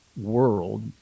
world